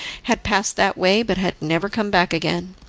had passed that way, but had never come back again.